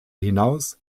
hinaus